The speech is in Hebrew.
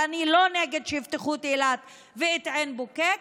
ואני לא נגד שיפתחו את אילת ואת עין בוקק,